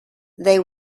they